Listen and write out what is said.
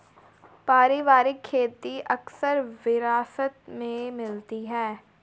पारिवारिक खेती अक्सर विरासत में मिलती है